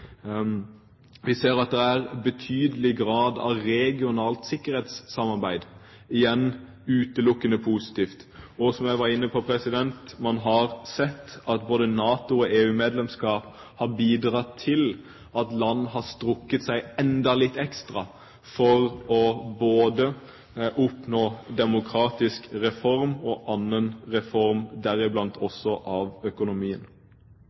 Vi ser at det er en betydelig grad av regionalt sikkerhetssamarbeid – igjen utelukkende positivt. Og, som jeg var inne på, man har sett at både NATO- og EU-medlemskap har bidratt til at landet har strukket seg enda litt ekstra for å oppnå demokratiske reformer og andre reformer, deriblant også av økonomien.